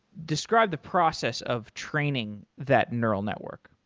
describe the process of training that neural network.